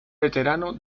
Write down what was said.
veterano